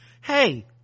hey